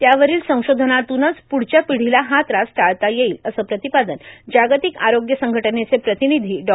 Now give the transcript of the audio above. त्यावरील संशोधनातूनच पुढच्या पिढीला हा त्रास टाळता येईल असं प्रतिपादन जागतिक आरोग्य संघटनेचे प्रतिनिधी डॉ